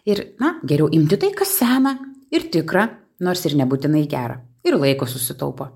ir na geriau imti tai kas sena ir tikra nors ir nebūtinai gera ir laiko susitaupo